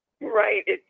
Right